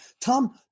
Tom